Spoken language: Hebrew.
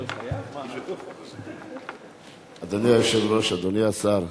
אדוני היושב-ראש, אדוני השר,